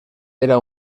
era